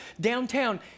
downtown